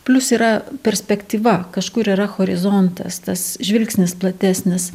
plius yra perspektyva kažkur yra horizontas tas žvilgsnis platesnis